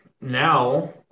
Now